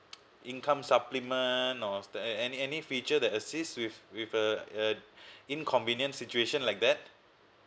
income supplement or any any feature that assists with a a inconvenient situation like that